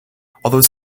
although